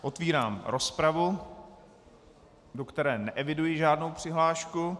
Otvírám rozpravu, do které neeviduji žádnou přihlášku.